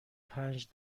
پنج